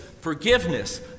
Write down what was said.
forgiveness